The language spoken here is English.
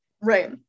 Right